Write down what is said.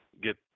get